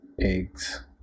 eggs